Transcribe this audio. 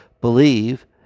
believe